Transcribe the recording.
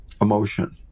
emotion